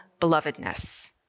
belovedness